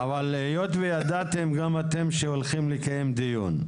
אבל היות וידעתם גם אתם שהולכים לקדם דיון,